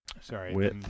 sorry